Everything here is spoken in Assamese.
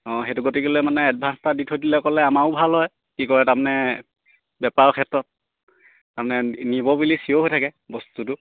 অঁ সেইটো গতিক'লৈ মানে এডভা্ঞ্চ এটা দি থৈ দিলে ক'লে আমাৰো ভাল হয় কি কৰে তাৰ মানে বেপাৰৰ ক্ষেত্ৰত তাৰ মানে নিব বুলি চিঅ'ৰ হৈ থাকে বস্তুটো